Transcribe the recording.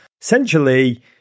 Essentially